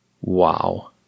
Wow